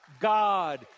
God